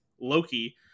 Loki